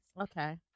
Okay